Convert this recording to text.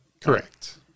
Correct